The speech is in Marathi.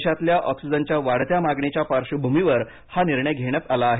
देशातल्या ऑक्सिजनच्या वाढत्या मागणीच्या पार्श्वभ्रमीवर हा निर्णय घेण्यात आला आहे